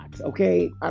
okay